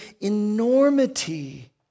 enormity